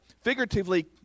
figuratively